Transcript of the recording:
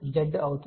Z అవుతుంది